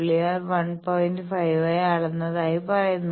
5 ആയി അളന്നതായി പറയുന്നു